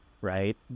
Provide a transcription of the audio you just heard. Right